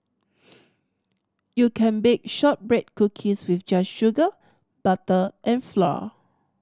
you can bake shortbread cookies with just sugar butter and flour